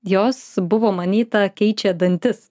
jos buvo manyta keičia dantis